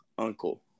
uncle